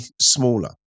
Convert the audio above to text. smaller